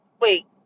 wait